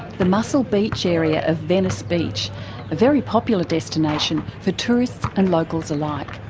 the muscle beach area of venice beach, a very popular destination for tourists and locals alike.